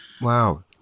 Wow